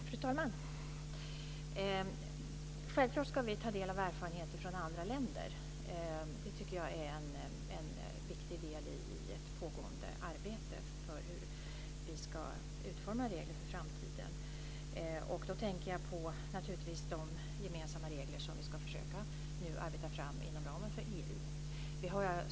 Fru talman! Självklart ska vi ta del av erfarenheter från andra länder. Det är en viktig del i det pågående arbetet med att utforma regler inför framtiden. Jag tänker då på de gemensamma regler som vi ska försöka arbeta fram inom ramen för EU.